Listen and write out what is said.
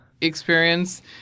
experience